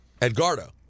Edgardo